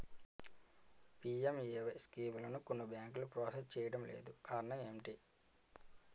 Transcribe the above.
PMAY స్కీమును కొన్ని బ్యాంకులు ప్రాసెస్ చేయడం లేదు కారణం ఏమిటి?